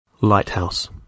Lighthouse